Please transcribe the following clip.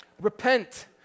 Repent